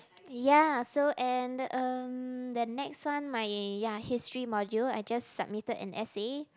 ya so and uh the next one my ya history module I just submitted an essay